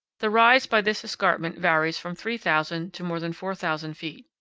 the rise by this escarpment varies from three thousand to more than four thousand feet.